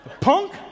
Punk